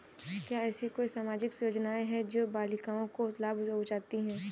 क्या ऐसी कोई सामाजिक योजनाएँ हैं जो बालिकाओं को लाभ पहुँचाती हैं?